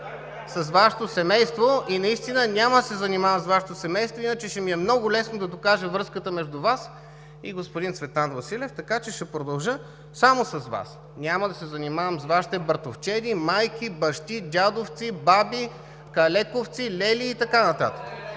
с Вашето семейство и наистина няма да се занимавам с Вашето семейство, иначе ще ми е много лесно да докажа връзката между Вас и господин Цветан Василев, така че ще продължа само с Вас. Няма да се занимавам с Вашите братовчеди, майки, бащи, дядовци, баби, калековци, лели и така нататък.